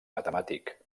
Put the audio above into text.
matemàtic